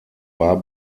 war